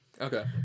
Okay